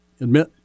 Admit